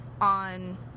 on